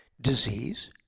Disease